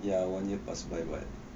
ya one year pass by [what]